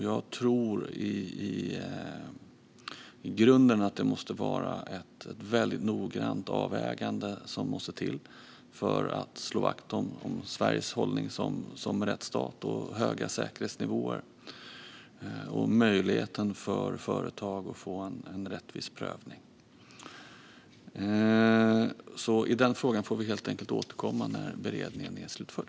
Jag tror i grunden att det är ett noggrant avvägande som måste till för att slå vakt om Sveriges hållning som rättsstat, höga säkerhetsnivåer och möjligheten för företag att få en rättvis prövning. I den frågan får vi helt enkelt återkomma när beredningen är slutförd.